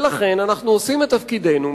ולכן אנחנו עושים את תפקידנו,